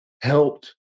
helped